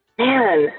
man